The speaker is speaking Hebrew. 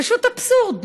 פשוט אבסורד.